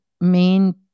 main